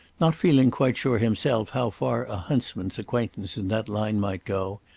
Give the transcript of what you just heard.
not feeling quite sure himself how far a huntsman's acquaintance in that line might go,